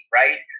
right